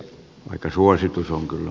vaikka suositus on kyllä